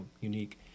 unique